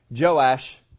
Joash